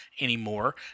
anymore